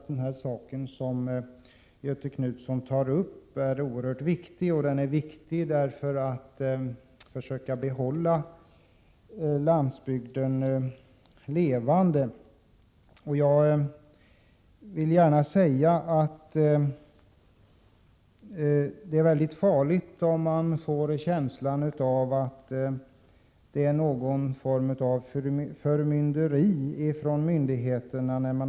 Den fråga som Göthe Knutson här tar upp är oerhört viktig. Det gäller ju att försöka behålla en levande landsbygd. Jag vill här framhålla att det är väldigt farligt om människor får en känsla av att det hela handlar om någon form av förmynderi från myndigheternas sida.